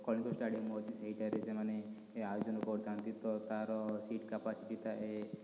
Kalinga stadium ଅଛି ସେହିଠାରେ ସେମାନେ ଆୟୋଜନ କରଥାନ୍ତି ତ ତା'ର ସିଟ୍ କାପାସିଟି ଥାଏ